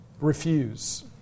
refuse